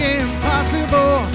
impossible